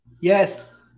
Yes